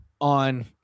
on